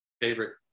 favorite